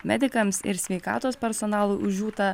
medikams ir sveikatos personalui už jų tą